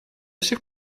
сих